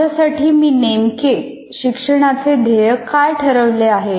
माझ्यासाठी मी नेमके शिक्षणाचे ध्येय काय ठरवले आहे